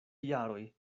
jaroj